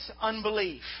unbelief